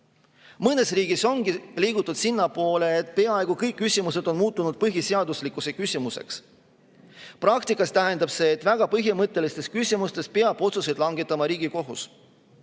Mõnes riigis on liigutud sinnapoole, et peaaegu kõik küsimused on muutunud põhiseaduslikkuse küsimuseks. Praktikas tähendab see, et väga põhimõttelistes küsimustes peab otsuseid langetama Riigikohus.